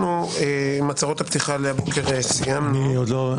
קודם כול,